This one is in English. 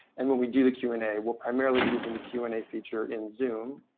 and when we do the q and a, we'll primarily be using the q and a feature in zoom,